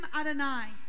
Adonai